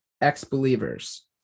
ex-believers